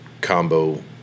combo